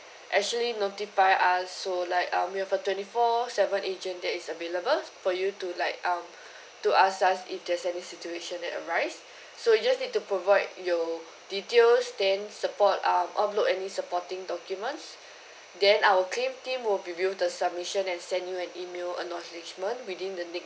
actually notify us so like um we have a twenty four seven agent that is available for you to like um to ask us if there's any situation that arise so you just need to provide your details then support err upload any supporting documents then our claim team will review the submission and send you an email acknowledgement within the next